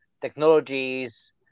technologies